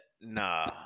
nah